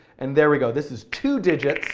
and there we go, this is two digits,